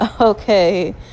Okay